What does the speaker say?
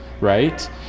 right